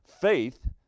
faith